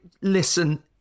listen